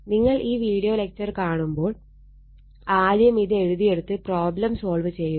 നിങ്ങൾ ഈ video lecture കാണുമ്പോൾ ആദ്യം ഇത് എഴുതിയെടുത്ത് പ്രോബ്ലം സോൾവ് ചെയ്യുക